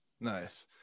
Nice